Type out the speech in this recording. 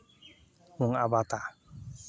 ᱵᱚᱸᱜᱟ ᱟᱵᱟᱛᱟ